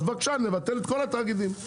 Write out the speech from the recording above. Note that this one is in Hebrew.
אז בבקשה, נבטל את כל התאגידים.